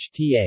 HTA